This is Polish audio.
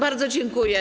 Bardzo dziękuję.